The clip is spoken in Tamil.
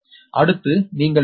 அடுத்து நீங்கள் Deq 9